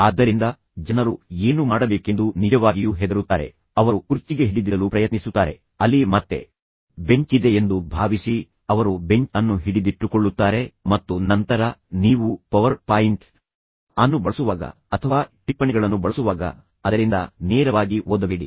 ಆದ್ದರಿಂದ ಜನರು ಏನು ಮಾಡಬೇಕೆಂದು ನಿಜವಾಗಿಯೂ ಹೆದರುತ್ತಾರೆ ಅವರು ಕುರ್ಚಿಗೆ ಹಿಡಿದಿಡಲು ಪ್ರಯತ್ನಿಸುತ್ತಾರೆ ಅಲ್ಲಿ ಮತ್ತೆ ಬೆಂಚ್ ಇದೆ ಎಂದು ಭಾವಿಸಿ ಅವರು ಬೆಂಚ್ ಅನ್ನು ಹಿಡಿದಿಟ್ಟುಕೊಳ್ಳುತ್ತಾರೆ ಮತ್ತು ನಂತರ ನೀವು ಪವರ್ ಪಾಯಿಂಟ್ ಅನ್ನು ಬಳಸುವಾಗ ಅಥವಾ ಟಿಪ್ಪಣಿಗಳನ್ನು ಬಳಸುವಾಗ ಅದರಿಂದ ನೇರವಾಗಿ ಓದಬೇಡಿ